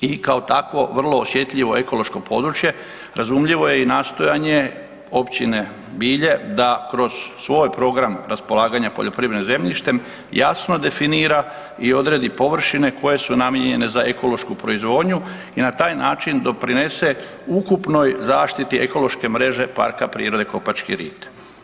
i kao takvo vrlo osjetljivo ekološko područje razumljivo je i nastojanje Općine Bilje da kroz svoj program raspolaganja poljoprivrednim zemljištem jasno definira i odredi površine koje su namijenjene za ekološku proizvodnju i na taj način doprinese ukupnoj zaštiti ekološke mreže Parka prirode „Kopački rit“